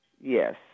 Yes